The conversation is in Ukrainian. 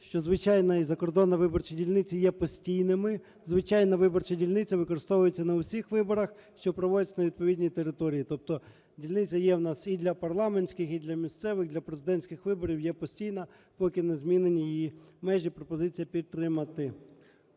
що звичайна і закордонна виборчі дільниці є постійними. Звичайна виборча дільниця використовується на усіх виборах, що проводяться на відповідній території. Тобто дільниця є у нас і для парламентських, і для місцевих, для президентських виборів є постійна, поки не змінені її межі. Пропозиція підтримати.